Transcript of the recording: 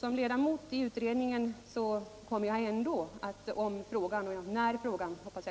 Som ledamot i utredningen kommer jag emellertid att, när frågan tas